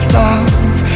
love